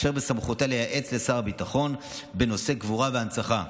אשר בסמכותה לייעץ לשר הביטחון בנושאי קבורה והנצחה.